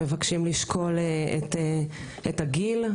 מבקשים לשקול את הגיל,